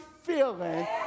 feeling